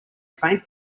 faint